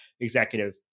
executive